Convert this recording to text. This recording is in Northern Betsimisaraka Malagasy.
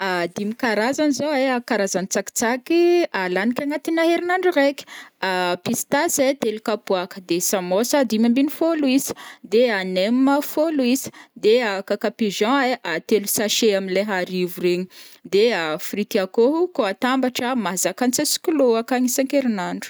dimy karazany zao ai ny karazan' tsakitsaky laniky agnatin'ny herin'andro raiky, pistasy ai telo kapoaka, de samosa dimy ambiny fôlo isa, de nem fôlo isa, de cacapigeaon ai telo sachets am leha arivo regny, de frity akôho kao atambatra mahazaka antsasa-kilô akagny isan-kerin'andro.